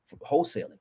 wholesaling